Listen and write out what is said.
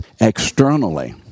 externally